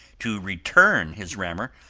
to return his rammer,